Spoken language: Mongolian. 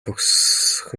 төгсөх